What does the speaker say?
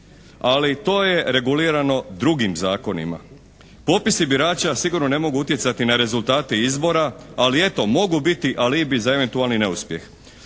ali to je regulirano drugim zakonima. Popisi birača sigurno ne mogu utjecati na rezultate izbora ali eto mogu biti alibi za eventualni neuspjeh.